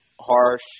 Harsh